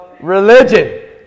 religion